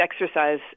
exercise